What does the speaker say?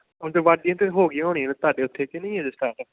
ਹੁਣ ਤਾਂ ਵਾਢੀ ਤਾਂ ਹੋ ਗਈਆਂ ਹੋਣੀਆਂ ਤੁਹਾਡੇ ਉੱਥੇ ਕਿ ਨਹੀਂ ਅਜੇ ਸਟਾਰਟ